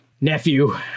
Nephew